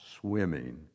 swimming